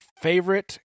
Favorite